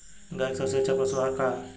गाय के सबसे अच्छा पशु आहार का ह?